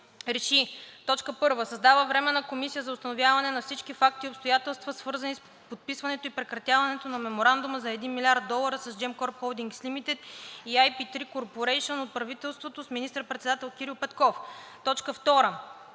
РЕШИ: 1. Създава Временна комисия за установяване на всички факти и обстоятелства, свързани с подписването и прекратяването на Меморандума за 1 млрд. долара с Gemcorp Holdings Limited и IP3 Corporation от правителството с министър-председател Кирил Петков. 2.